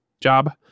job